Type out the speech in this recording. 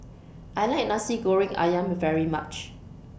I like Nasi Goreng Ayam very much